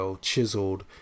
chiseled